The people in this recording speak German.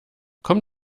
komm